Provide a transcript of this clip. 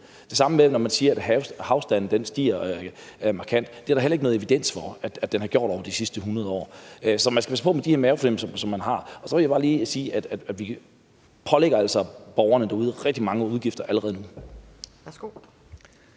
når man siger, at vandstanden stiger markant. Det er der heller ikke noget evidens for at den er gjort over de sidste 100 år. Så man skal passe på med de her mavefornemmelser, som man har. Så vil jeg bare lige sige, at vi altså pålægger borgerne derude rigtig mange udgifter allerede nu.